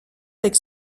avec